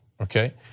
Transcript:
okay